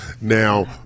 Now